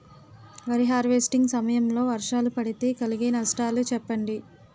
వరి హార్వెస్టింగ్ సమయం లో వర్షాలు పడితే కలిగే నష్టాలు చెప్పండి?